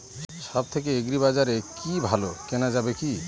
সব থেকে আগ্রিবাজারে কি ভালো কেনা যাবে কি?